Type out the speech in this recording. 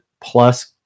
plus